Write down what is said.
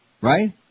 Right